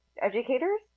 educators